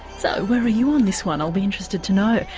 so where are you on this one, i'll be interested to know.